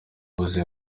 ubuzima